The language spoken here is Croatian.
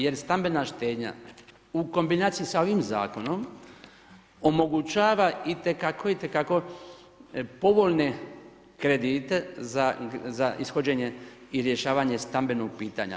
Jer stambena štednja u kombinaciji sa ovim zakonom omogućava itekako, itekako povoljne kredite za ishođenje i rješavanje stambenog pitanja.